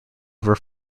ever